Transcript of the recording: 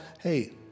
Hey